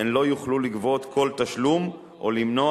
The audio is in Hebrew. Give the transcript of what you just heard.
הן לא יוכלו לגבות כל תשלום או למנוע